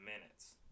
minutes